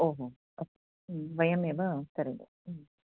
ओहो अस्तु वयमेव करोति